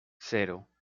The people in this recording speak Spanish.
cero